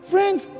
Friends